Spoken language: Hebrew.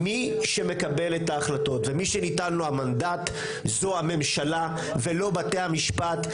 מי שמקבל את ההחלטות ומי שניתן לו המנדט זו הממשלה ולא בתי המשפט.